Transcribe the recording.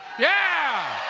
yeah!